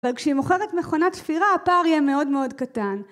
אבל כשהיא מוכרת מכונת תפירה הפער יהיה מאוד מאוד קטן.